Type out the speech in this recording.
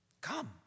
Come